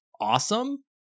awesome